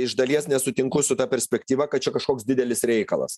iš dalies nesutinku su ta perspektyva kad čia kažkoks didelis reikalas